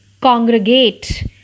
congregate